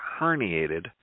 herniated